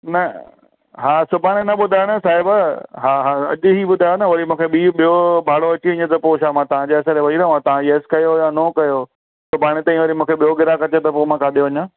न हा सुभाणे न ॿुधायो न साहिब हा हा अॼु ई ॿुधायो न वरी मूंखे ॿियो भाड़ो अची वञे त पोइ छा मां तव्हां जे आसिरे वेही रहां तव्हां येस कयो या नो कयो सुभाणे ताईं वरी मूंखे ॿियो ग्राहकु अचे त पोइ मां काॾे वञां